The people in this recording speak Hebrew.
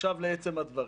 עכשיו לעצם הדברים.